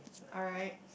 alright